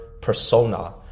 persona